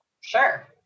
Sure